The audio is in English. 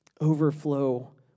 overflow